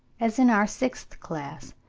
as in our sixth class.